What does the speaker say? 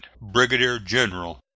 brigadier-general